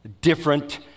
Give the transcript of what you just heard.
different